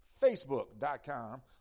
Facebook.com